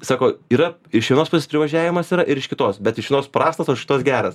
sako yra iš vienos pusės privažiavimas yra ir iš kitos bet iš vienos prastas o iš šitos geras